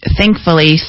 thankfully